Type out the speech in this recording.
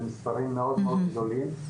זה מספרים מאוד מאוד גדולים,